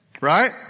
Right